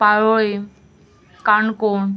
Palolem Canacona